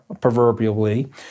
proverbially